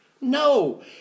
No